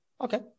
okay